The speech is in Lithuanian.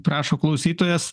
prašo klausytojas